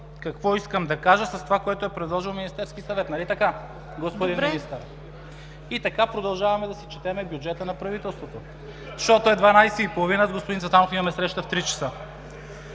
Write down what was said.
какво искам да кажа по това, което е предложил Министерският съвет. Нали така, господин Министър? И така, продължаваме да си четем бюджета на правителството. Защото е 12 и половина, а с господин Цветанов имаме среща в три часа.